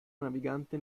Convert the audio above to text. navigante